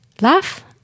laugh